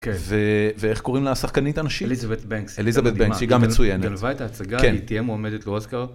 ואיך קוראים לשחקנית הנשית? אליזבית בנקס, היא גם מצוינת, היא גנבה את ההצגה, היא תהיה מועמדת לאוסקר.